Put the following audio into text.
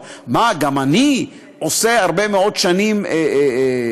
אבל אני רוצה לומר לכם,